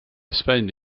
espagne